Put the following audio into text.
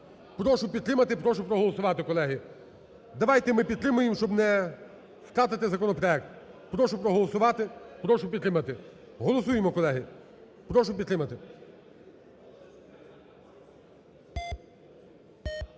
Прошу підтримати, прошу проголосувати, колеги. Давайте ми підтримаємо, щоб не втратити законопроект. Прошу проголосувати, прошу підтримати. Голосуємо, колеги. Прошу підтримати.